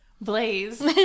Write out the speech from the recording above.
blaze